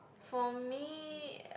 for me